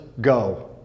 go